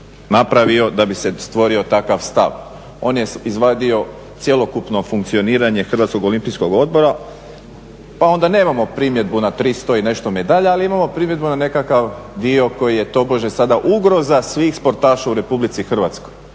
napravio da bi se stvorio takav stav. On je izvadio cjelokupno funkcioniranje Hrvatskog olimpijskog odbora pa onda nemamo primjedbu na 300 i nešto medalja ali imamo primjedbu na nekakav dio koji je tobože sada ugroza svih sportaša u Republici Hrvatskoj.